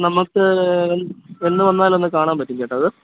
നമുക്ക് എന്ന് വന്നാലൊന്ന് കാണാൻ പറ്റും ചേട്ടാ അത്